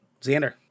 Xander